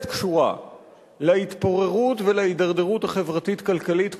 קשורה להתפוררות ולהידרדרות החברתית-כלכלית,